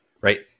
right